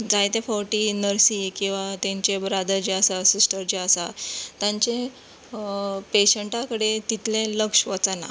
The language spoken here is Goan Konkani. जायते फावटी नर्सी किंवा तांचे ब्रदर जे आसात सिसटर जे आसात तांचे पेशंटां कडेन तितलें लक्ष वचना